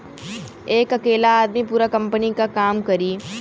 एक अकेला आदमी पूरा कंपनी क काम करी